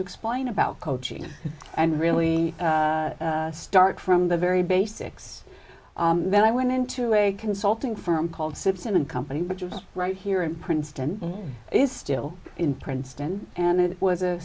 to explain about coaching and really start from the very basics then i went into a consulting firm called simpson and company but you're right here in princeton is still in princeton and it was a